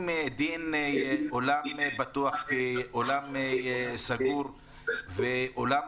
האם דין אולם פתוח הוא כאולם סגור ודין אולם